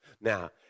Now